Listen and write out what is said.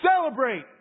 Celebrate